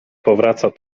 powraca